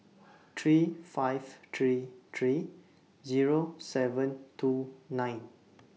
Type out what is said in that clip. three five three three Zero seven two nine